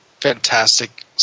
fantastic